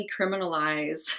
decriminalize